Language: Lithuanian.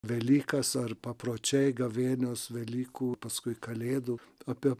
velykas ar papročiai gavėnios velykų paskui kalėdų apie